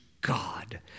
God